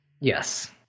Yes